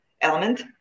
element